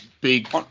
Big